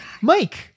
Mike